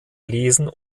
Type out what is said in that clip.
lesen